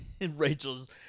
Rachel's